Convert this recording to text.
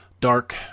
dark